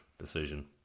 decision